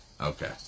Okay